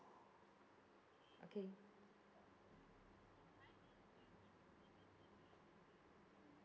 okay